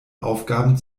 aufgaben